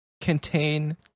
contain